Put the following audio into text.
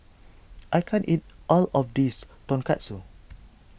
I can't eat all of this Tonkatsu